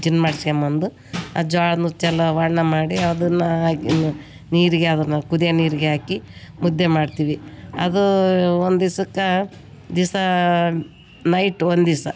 ಜಿನ ಮಾಡ್ಸ್ಕೊಂಡು ಬಂದು ಆ ಜೋಳದ ನುಚ್ಚೆಲ್ಲ ವರ್ಣ ಮಾಡಿ ಅದನ್ನು ಹಾಕಿ ನೀರಿಗೆ ಅದನ್ನು ಕುದಿಯೋ ನೀರಿಗೆ ಹಾಕಿ ಮುದ್ದೆ ಮಾಡ್ತೀವಿ ಅದು ಒಂದು ದಿಸಕ್ಕ ದಿವಸ ನೈಟ್ ಒಂದು ದಿವಸ